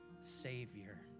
Savior